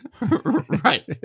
right